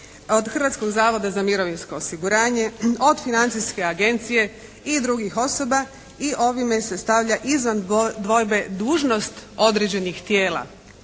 od Hrvatskog zavoda za mirovinsko osiguranje, od Financijske agencije i drugih osoba i ovime se stavlja izvan dvojbe dužnost određenih tijela